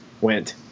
went